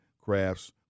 crafts